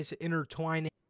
intertwining